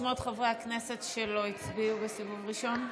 שמות חברי הכנסת שלא הצביעו בסיבוב ראשון.